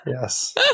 Yes